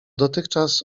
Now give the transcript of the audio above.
dotychczas